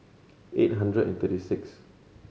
eight hundred and thirty six